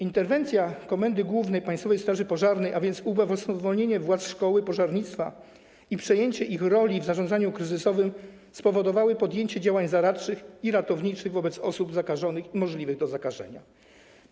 Interwencja Komendy Głównej Państwowej Straży Pożarnej, a więc ubezwłasnowolnienie władz szkoły pożarnictwa i przejęcie ich roli w zarządzaniu kryzysowym, spowodowała podjęcie działań zaradczych i ratowniczych wobec osób zakażonych i tych, w przypadku których możliwe jest zakażenie.